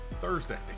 Thursday